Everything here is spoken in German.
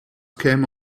käme